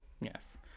yes